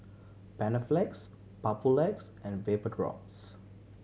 Panaflex Papulex and Vapodrops